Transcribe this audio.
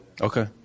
Okay